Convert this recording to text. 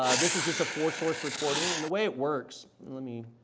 ah this is just a four source recording and the way it works let me,